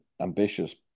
ambitious